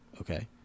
okay